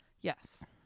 yes